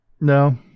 no